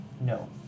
No